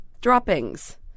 droppings